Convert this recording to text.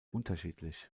unterschiedlich